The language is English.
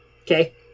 Okay